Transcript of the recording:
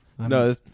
No